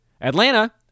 Atlanta